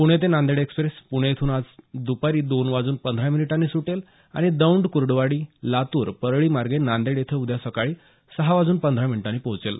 प्णे ते नांदेड एक्स्प्रेस प्णे इथून आज द्पारी दोन वाजून पंधरा मिनिटांनी सुटेल आणि दौंड कुर्डुवाडी लातूर परळी मार्गे नांदेड इथं उद्या सकाळी सहा वाजून पंधरा मिनिटांनी पोहोचेल